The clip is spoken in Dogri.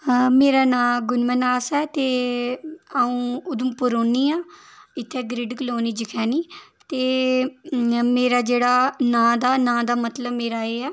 मेरा नांऽ गुण मन्हास ऐ ते अ'ऊं उधमपुर रौंह्न्नी आं इत्थै ग्रिड कलोनी जखैनी ते मेरा जेह्ड़ा नांऽ दा नांऽ दा मतलब मेरा एह् ऐ